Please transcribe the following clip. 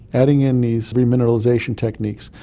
adding in these re-mineralisation techniques,